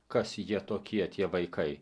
kas jie tokie tie vaikai